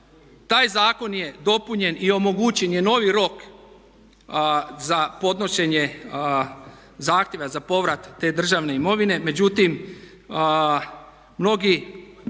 Taj zakon je dopunjen i omogućen je novi rok za podnošenje zahtjeva za povrat te državne imovine. Međutim, mnogi